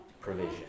provision